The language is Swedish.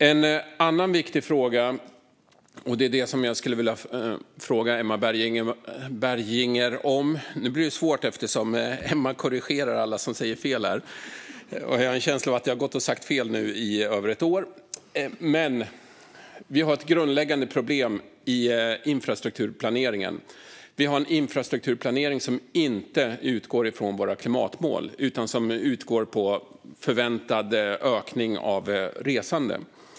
En annan viktig fråga - och det är den min replik till Emma Berginger främst gäller - är att vi har ett grundläggande problem i infrastrukturplaneringen. Vi har en infrastrukturplanering som inte utgår från våra klimatmål utan från en förväntad ökning av resandet.